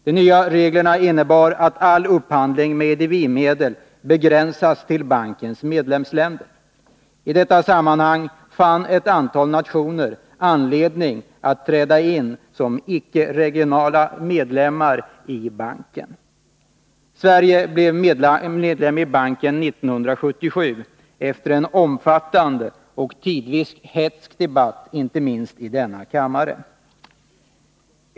De nya reglerna innebar att all upphandling med IDB-medel begränsades till bankens medlemsländer. I detta sammanhang fann ett antal nationer anledning att träda in som icke-regionala medlemmar i banken. Sverige blev medlem i banken 1977, efter en omfattande och tidvis hätsk debatt, inte minst i denna kammare.